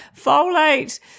folate